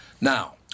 Now